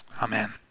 Amen